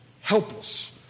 helpless